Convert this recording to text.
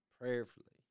prayerfully